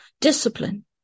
discipline